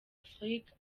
afrique